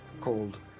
called